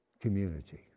community